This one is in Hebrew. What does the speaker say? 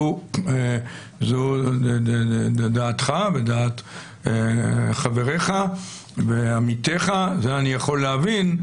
זו דעתך ודעת חבריך ועמיתיך, זה אני יכול להבין,